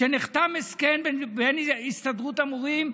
שנחתם הסכם בין הסתדרות המורים,